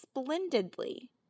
splendidly